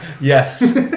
Yes